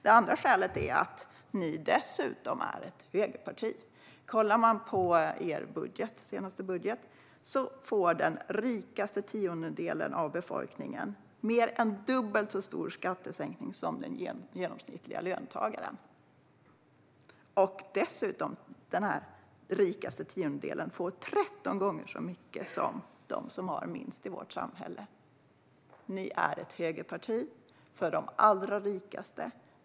Det andra skälet är att ni dessutom är ett högerparti. Om man kollar på er senaste budget ser man att den rikaste tiondelen av befolkningen får mer än dubbelt så stor skattesänkning som den genomsnittliga löntagaren. Den rikaste tiondelen får därtill 13 gånger så mycket som de i vårt samhälle som har minst. Sverigedemokraterna är ett högerparti för de allra rikaste.